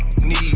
need